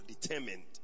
determined